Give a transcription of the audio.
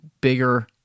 bigger